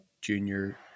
junior